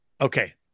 Okay